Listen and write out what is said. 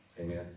Amen